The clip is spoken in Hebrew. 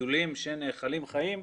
לגידולים שנאכלים חיים,